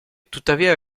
tuttavia